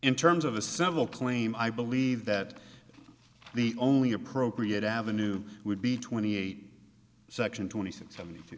in terms of a several claim i believe that the only appropriate avenue would be twenty eight section twenty six seventy